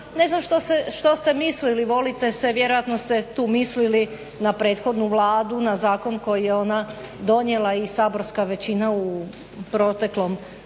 ne znam što ste mislili. Volite se vjerojatno ste mislili na prethodnu vladu na zakon koji je ona donijela i saborska većina u proteklom